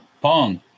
Pong